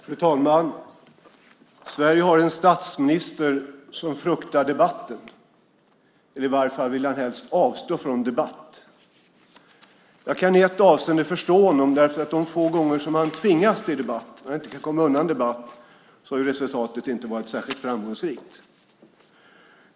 Fru talman! Sverige har en statsminister som fruktar debatten. I varje fall vill han helst avstå från debatt. Jag kan i ett avseende förstå honom. De få gånger som han tvingas till debatt och inte kan komma undan har resultatet inte varit särskilt framgångsrikt.